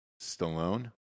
Stallone